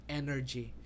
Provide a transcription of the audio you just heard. energy